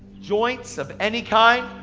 joints of any kind,